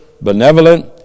benevolent